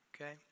okay